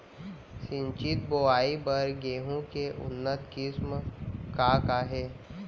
सिंचित बोआई बर गेहूँ के उन्नत किसिम का का हे??